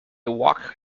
walked